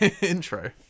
intro